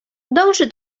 dąży